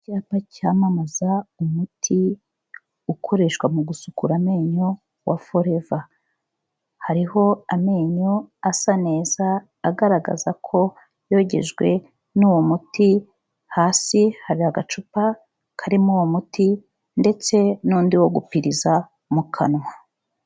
Icyapa cyamamaza umuti ukoreshwa mu gusukura amenyo wa foreva, hariho amenyo asa neza agaragaza ko yogejwe n'uwo muti, hasi hari agacupa karimo uwo muti ndetse n'undi wo gupiriza mu kanwa.